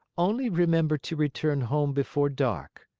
only remember to return home before dark.